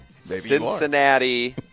Cincinnati